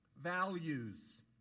values